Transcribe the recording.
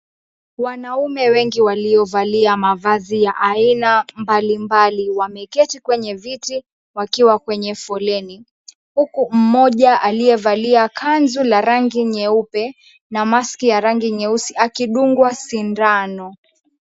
Wanaume wengi waliovalia mavazi ya aina mbalimbali, wameketi kwenye viti wakiwa kwenye foleni, huku mmoja aliyevalia kanzu la rangi nyeupe na mask ya rangi nyeusi akidungwa sindano.